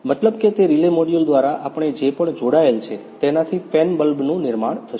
મતલબ કે તે રિલે મોડ્યુલ દ્વારા આપણે જે પણ જોડાયેલ છે તેનાથી ફેન બલ્બનું નિર્માણ થશે